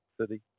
City